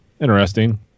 interesting